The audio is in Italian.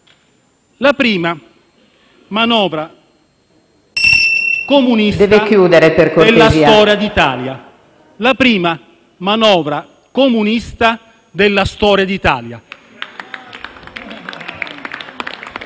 la prima manovra comunista della storia d'Italia.